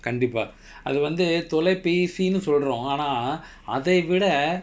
கண்டிப்பா அது வந்து தொலைபேசினு சொல்றோம் ஆனா அதைவிட:kandippaa adhu vandu tholaipeysinnu solromm aanaa athaaivida